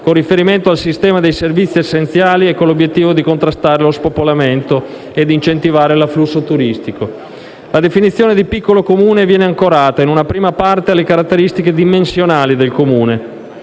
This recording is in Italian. con riferimento al sistema dei servizi essenziali e con l'obiettivo di contrastare lo spopolamento e di incentivare l'afflusso turistico. La definizione di "piccolo Comune" viene ancorata, in una prima parte, alle caratteristiche dimensionali del Comune,